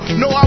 no